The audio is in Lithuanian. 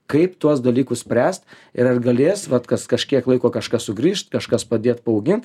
kaip tuos dalykus spręst ir ar galės vat kas kažkiek laiko kažkas sugrįžt kažkas padėt paaugint